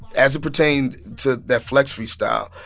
as it pertained to that flex freestyle,